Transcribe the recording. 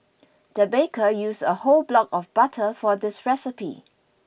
the baker used a whole block of butter for this recipe